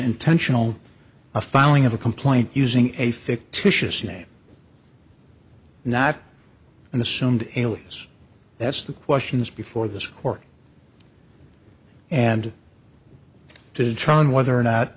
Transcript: intentional a filing of a complaint using a fictitious name not an assumed it was that's the questions before this court and to trial and whether or not